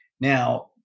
Now